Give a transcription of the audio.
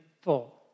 full